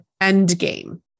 Endgame